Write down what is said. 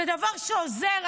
זה דבר שעוזר.